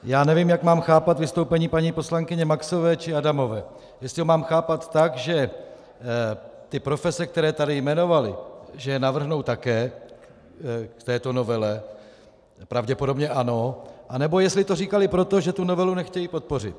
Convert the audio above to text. Já nevím, jak mám chápat vystoupení paní poslankyně Maxové či Adamové, jestli ho mám chápat tak, že ty profese, které tady jmenovaly, navrhnou také v této novele, pravděpodobně ano, anebo jestli to říkaly, protože tu novelu nechtějí podpořit.